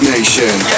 Nation